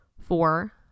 four